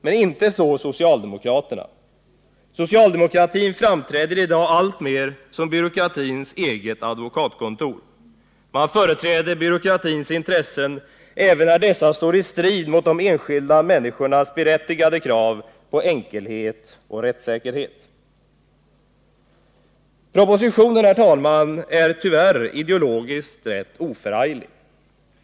Men inte så socialdemokraterna. Socialdemokratin framträder i dag alltmer som byråkratins eget advokatkontor. Man företräder byråkratins intressen även när dessa står i strid med de enskilda människornas berättigade krav på enkelhet och rättssäkerhet. Propositionen är tyvärr ideologiskt rätt oförarglig.